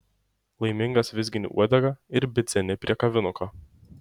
laimingas vizgini uodegą ir bidzeni prie kavinuko